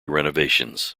renovations